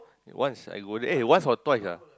once I go there eh once or twice ah